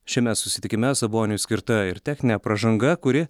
šiame susitikime saboniui skirta ir techninė pražanga kuri